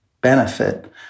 benefit